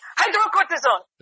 hydrocortisone